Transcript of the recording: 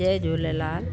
Jay Jhulelal